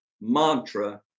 mantra